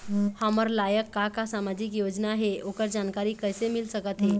हमर लायक का का सामाजिक योजना हे, ओकर जानकारी कइसे मील सकत हे?